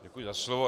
Děkuji za slovo.